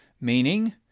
meaning